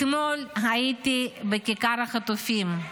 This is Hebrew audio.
אתמול הייתי בכיכר החטופים,